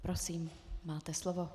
Prosím, máte slovo.